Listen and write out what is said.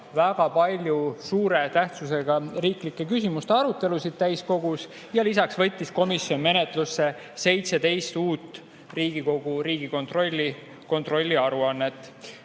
väga palju [olulise] tähtsusega riiklike küsimuste arutelusid täiskogus ja lisaks võttis komisjon menetlusse 17 uut Riigikontrolli kontrolliaruannet.